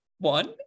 one